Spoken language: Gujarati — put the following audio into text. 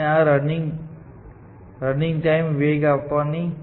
આ રનિંગ ટાઇમ ને વેગ આપવાની બાંયધરી માટે છે